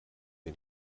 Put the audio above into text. wir